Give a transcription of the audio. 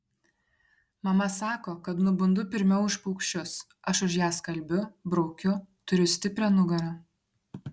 mama sako kad nubundu pirmiau už paukščius aš už ją skalbiu braukiu turiu stiprią nugarą